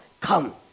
come